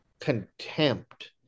contempt